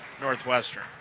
Northwestern